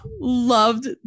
loved